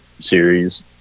series